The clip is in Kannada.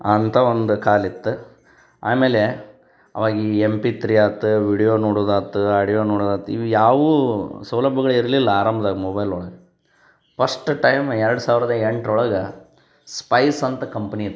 ಅಂಥ ಒಂದು ಕಾಲ ಇತ್ತು ಆಮೇಲೆ ಅವಾಗ ಈ ಎಮ್ ಪಿ ತ್ರೀ ಆತು ವೀಡ್ಯೋ ನೋಡೋದು ಆತು ಆಡ್ಯೋ ನೋಡೋದು ಆತು ಇವು ಯಾವುವೂ ಸೌಲಭ್ಯಗಳು ಇರಲಿಲ್ಲ ಆರಂಭ್ದಾಗ ಮೊಬೈಲ್ ಒಳಗೆ ಫಸ್ಟ್ ಟೈಮ್ ಎರಡು ಸಾವಿರದ ಎಂಟರ ಒಳಗೆ ಸ್ಪೈಸ್ ಅಂತ ಕಂಪ್ನಿ ಇತ್ತು